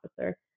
officer